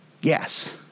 Yes